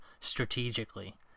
strategically